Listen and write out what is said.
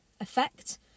effect